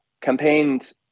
campaigned